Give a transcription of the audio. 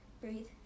breathe